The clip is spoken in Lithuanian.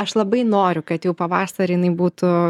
aš labai noriu kad jau pavasarį jinai būtų